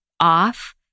off